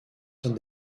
son